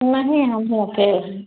नहीं हम तो अकेले हैं